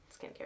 skincare